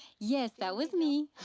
yes, that was me.